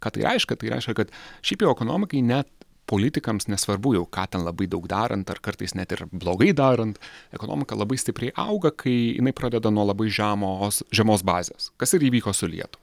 kad tai reiškia tai reiškia kad šiaip jau ekonomikai ne politikams nesvarbu kad labai daug darant ar kartais net ir blogai darant ekonomika labai stipriai auga kai jinai pradeda nuo labai žemos žemos bazės kas ir įvyko su lietuva